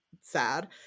sad